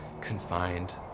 confined